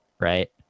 right